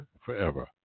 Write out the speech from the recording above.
forever